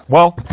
well,